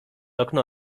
okno